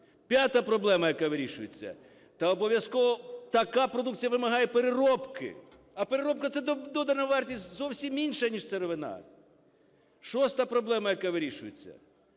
П'ята проблема, яка вирішується, – та обов'язково така продукція вимагає переробки. А переробка – це додана вартість, зовсім інша ніж сировина. Шоста проблема, яка вирішується.